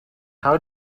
how